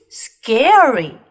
scary